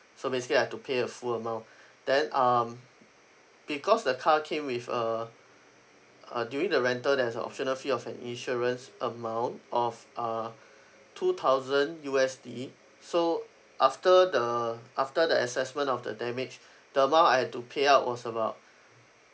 so basically I have to pay a full amount then um because the car came with a uh during the rental there's a optional fee of an insurance amount of uh two thousand U_S_D so after the after the assessment of the damage the amount I had to pay out was about